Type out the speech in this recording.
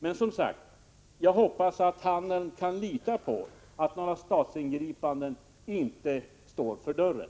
Men, som sagt, jag hoppas att handeln kan lita på att några statsingripanden inte står för dörren.